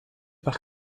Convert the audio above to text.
par